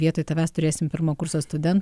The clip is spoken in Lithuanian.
vietoj tavęs turėsim pirmo kurso studen